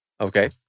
Okay